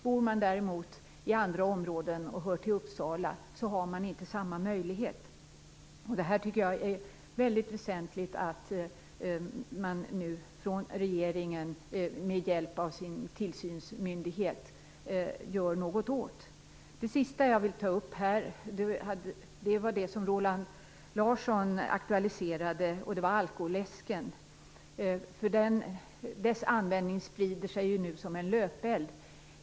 Bor man däremot i andra områden, och hör till Uppsala, har man inte samma möjlighet. Det är väldigt väsentligt att regeringen med hjälp av sin tillsynsmyndighet gör något åt detta. Det sista som jag vill ta upp är det som Roland Larsson aktualiserade - alkoläsken. Dess användning sprider sig nu som en löpeld.